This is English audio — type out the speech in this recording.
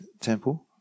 temple